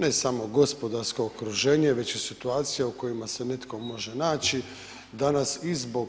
Ne samo gospodarsko okruženje već i situacija u kojima se netko može naći, danas iz zbog